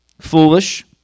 foolish